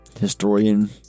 historian